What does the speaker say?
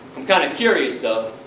i'm kinda curious, though,